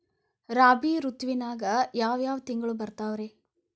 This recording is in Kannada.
ರಾಬಿ ಋತುವಿನಾಗ ಯಾವ್ ಯಾವ್ ತಿಂಗಳು ಬರ್ತಾವ್ ರೇ?